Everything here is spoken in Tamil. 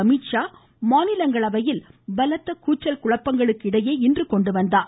அமித்ஷா மாநிலங்களவையில் பலத்த கூச்சல் குழப்பங்களுக்கு இடையே கொண்டுவந்தார்